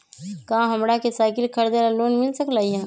का हमरा के साईकिल खरीदे ला लोन मिल सकलई ह?